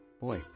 boy